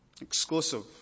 Exclusive